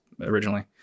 originally